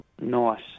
Nice